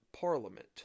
Parliament